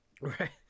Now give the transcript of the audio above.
Right